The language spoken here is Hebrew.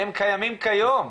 הם קיימים כיום,